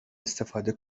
استفاده